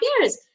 years